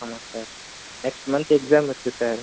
ஆமாம் sir next month exam இருக்குது sir